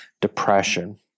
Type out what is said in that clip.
depression